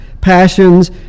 passions